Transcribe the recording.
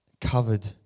covered